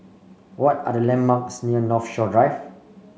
what are the landmarks near Northshore Drive